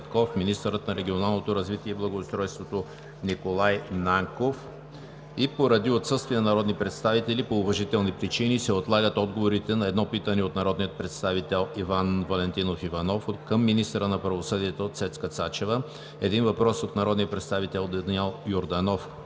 министърът на регионалното развитие и благоустройството Николай Нанков. Поради отсъствие на народни представители по уважителни причини се отлагат отговорите на: - едно питане от народния представител Иван Валентинов Иванов към министъра на правосъдието Цецка Цачева; - един въпрос от народния представител Даниел Йорданов